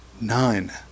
Nine